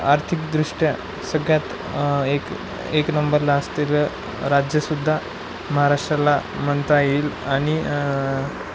आर्थिकदृष्ट्या सगळ्यात एक एक नंबरला असलेलं राज्यसुद्धा महाराष्ट्राला म्हणता येईल आणि